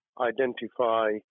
identify